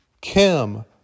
Kim